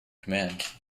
command